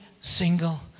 single